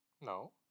No